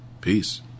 Peace